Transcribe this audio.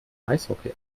eishockey